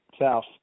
south